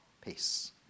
peace